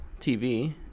TV